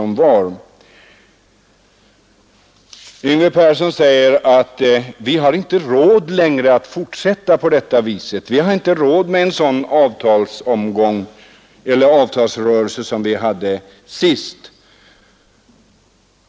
Herr Persson sade att vi inte har råd att fortsätta längre på denna väg; vi har inte råd med sådana avtalsrörelser som vi hade senast.